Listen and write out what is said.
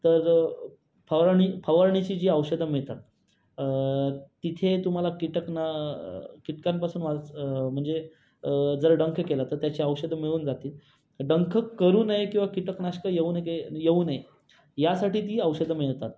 तर फवारणी फवारणीची जी औषधं मिळतात तिथे तुम्हाला कीटक नं कीटकांपासून वाच म्हणजे जर डंख केला तर त्याची औषधं मिळून जातील डंख करू नये किवा कीटकनाशकं येऊन गे येऊ नये यासाठी ती औषधं मिळतात